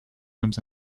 rooms